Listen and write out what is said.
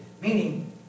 Meaning